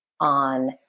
on